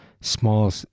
small